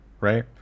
right